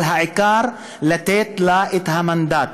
אבל העיקר הוא לתת לה את המנדט,